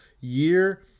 year